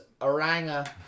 Oranga